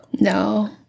no